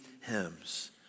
hymns